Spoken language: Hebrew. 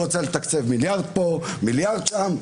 רוצה לתקצב מיליארד פה ומיליארד שם,